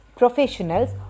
professionals